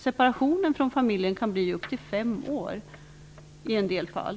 Separationen från familjen kan bli upp till fem år i en del fall.